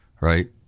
right